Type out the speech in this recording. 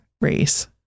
race